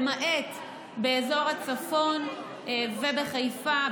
למעט באזור הצפון ובחיפה,